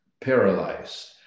paralyzed